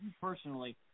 personally